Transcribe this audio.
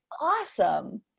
awesome